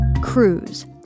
Cruise